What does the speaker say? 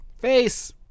face